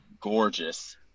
gorgeous